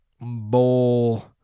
bowl